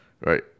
right